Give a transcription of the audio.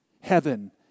Heaven